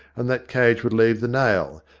and that cage would leave the nail,